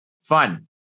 Fun